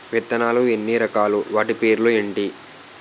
విత్తనాలు ఎన్ని రకాలు, వాటి పేర్లు ఏంటి?